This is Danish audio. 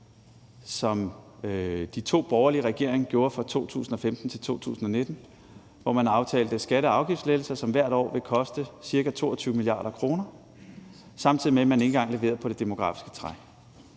som de to borgerlige regeringer gjorde fra 2015 til 2019, hvor man aftalte skatte- og afgiftslettelser, som hvert år har kostet ca. 22 mia. kr., samtidig med at man ikke engang leverede på det demografiske træk.